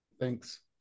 Thanks